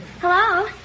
Hello